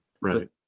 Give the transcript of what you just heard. Right